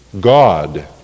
God